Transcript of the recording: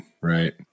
Right